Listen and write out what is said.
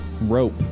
rope